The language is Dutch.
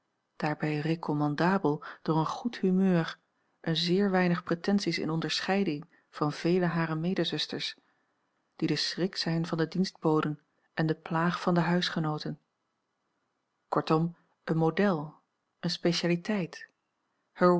harer medezusters die de schrik zijn van de dienstboden en de plaag van de huisgenooten kortom een model een specialiteit